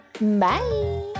bye